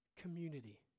community